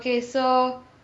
okay so